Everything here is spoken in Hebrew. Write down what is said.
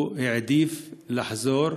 הוא העדיף לחזור